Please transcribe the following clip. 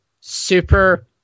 super